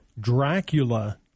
Dracula